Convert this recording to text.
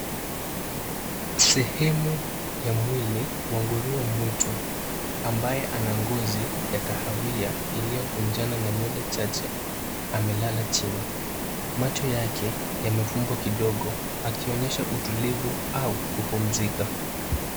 Sehemu ya mwili wa nguruwe mwitu ambaye ana ngozi ya kahawia iliyokunjana na nywele chache amelala chini. Macho yake yamefumbwa kidogo akionyesha utulivu au kupumzika.